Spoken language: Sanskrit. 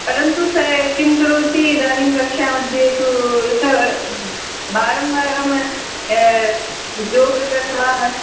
परन्तु सः किम् करोति इदानीं कक्षा मध्ये तु स वारं वारं जोक् कृत्व हस्